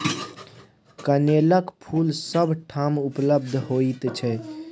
कनेलक फूल सभ ठाम उपलब्ध होइत छै